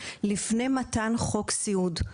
לפני מתן חוק סיעוד.